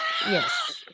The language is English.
Yes